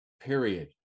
period